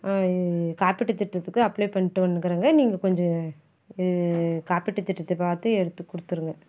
இ காப்பீட்டுத் திட்டத்துக்கு அப்ளை பண்ணிட்டு வந்துக்குறோங்க நீங்கள் கொஞ்சம் காப்பீட்டுத் திட்டத்தை பார்த்து எடுத்துக் கொடுத்துருங்க